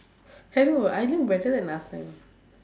I don't know I look better than last time